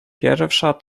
pierwsza